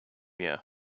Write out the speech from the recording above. you